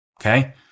okay